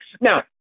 Now